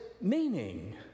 meaning